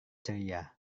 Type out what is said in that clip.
ceria